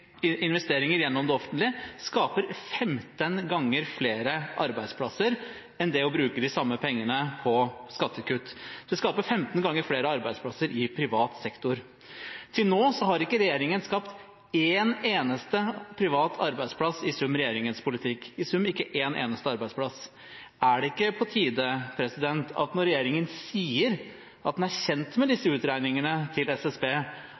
investeringer gjennom det offentlige skaper 15 ganger flere arbeidsplasser enn det å bruke de samme pengene på skattekutt. Det skaper 15 ganger flere arbeidsplasser i privat sektor. Til nå har ikke regjeringen skapt en eneste privat arbeidsplass i sum med regjeringens politikk – i sum ikke en eneste arbeidsplass. Er det ikke på tide, når regjeringen sier at den er kjent med disse utregningene til SSB,